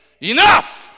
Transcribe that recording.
enough